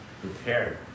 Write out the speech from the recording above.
prepared